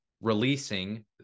releasing